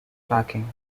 packing